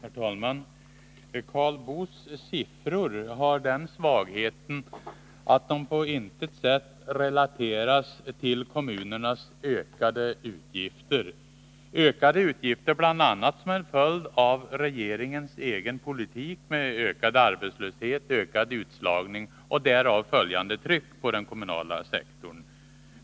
Herr talman! Karl Boos siffror har den svagheten att de på intet sätt relateras till kommunernas ökade utgifter, bl.a. utgifter som en följd av regeringens politik med ökad arbetslöshet, ökad utslagning och därav följande tryck på den kommunala sektorn.